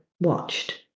watched